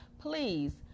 please